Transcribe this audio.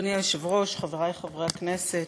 אדוני היושב-ראש, חברי חברי הכנסת,